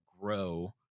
grow